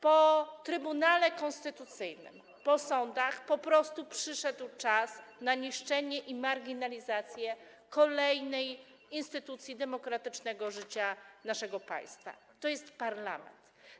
Po Trybunale Konstytucyjnym, po sądach po prostu przyszedł czas na niszczenie i marginalizację kolejnej instytucji demokratycznego życia naszego państwa - to jest parlament.